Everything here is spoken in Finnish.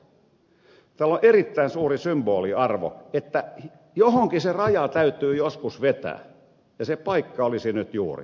tällä on erittäin suuri symboliarvo johonkin se raja täytyy joskus vetää ja se paikka olisi nyt juuri